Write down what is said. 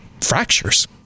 fractures